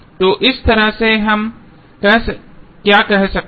तो इस तरह से हम क्या कह सकते हैं